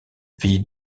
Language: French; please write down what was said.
vit